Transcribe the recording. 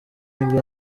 nibwo